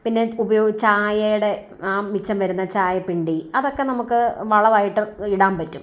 പിന്നെ ഉപയോഗിച്ച് ചായേടെ മിച്ചം വരുന്ന ചായ പിണ്ടി അതൊക്കെ നമുക്ക് വളമായിട്ട് ഇടാൻ പറ്റും